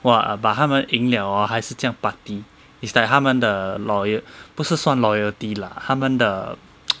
!wah! but 他们赢 liao hor 还是这样 party is like 他们的 loyal 不是算 loyalty lah 他们的